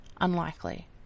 Unlikely